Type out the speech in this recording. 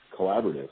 collaborative